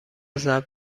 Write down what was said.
ضرب